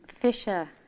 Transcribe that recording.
Fisher